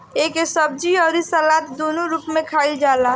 एके सब्जी अउरी सलाद दूनो रूप में खाईल जाला